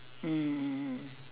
mm mm mm